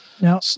Now